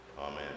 Amen